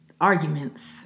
arguments